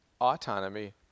Autonomy